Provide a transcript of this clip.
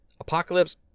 Apocalypse